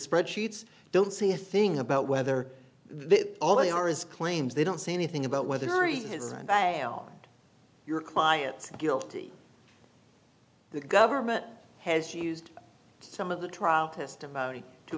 spreadsheets don't see a thing about whether they're all they are is claims they don't say anything about whether during his and they are your clients guilty the government has used some of the trial testimony to